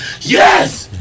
Yes